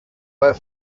but